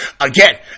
Again